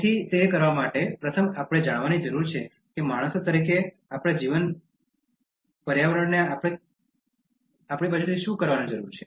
તેથી તે કરવા માટે પ્રથમ આપણે જાણવાની જરૂર છે કે માણસો તરીકે આપણા જીવન પર્યાવરણને આપણી બાજુથી શું કરવાની જરૂર છે